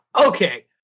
okay